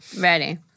Ready